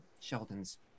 Sheldon's